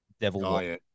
Devil